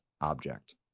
object